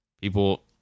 People